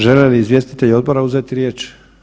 Žele li izvjestitelji odbora uzeti riječ?